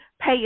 pay